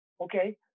Okay